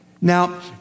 Now